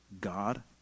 God